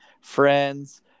friends